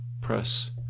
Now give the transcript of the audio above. press